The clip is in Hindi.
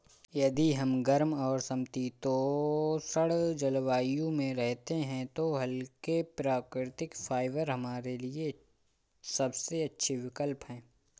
यदि हम गर्म और समशीतोष्ण जलवायु में रहते हैं तो हल्के, प्राकृतिक फाइबर हमारे लिए सबसे अच्छे विकल्प हैं